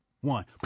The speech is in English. one